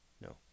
No